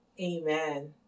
Amen